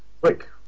Quick